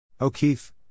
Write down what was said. O'Keefe